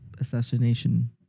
assassination